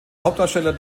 hauptdarsteller